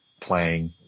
playing